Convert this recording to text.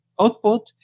output